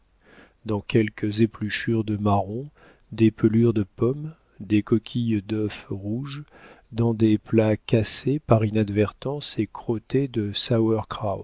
dans quelques épluchures de marrons des pelures de pommes des coquilles d'œufs rouges dans des plats cassés par inadvertance et crottés de